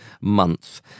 month